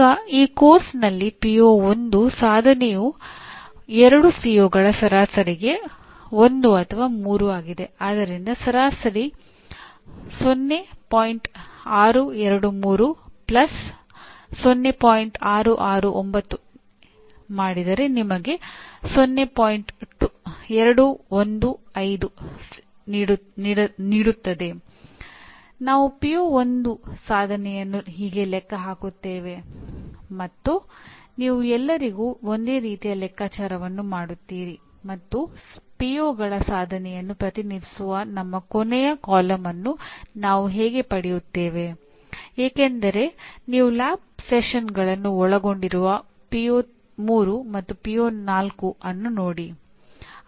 ಈಗ ಈ ಪಠ್ಯಕ್ರಮದಲ್ಲಿ ಪಿಒ 1 ಅನ್ನು ನೋಡಿ